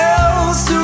else